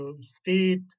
state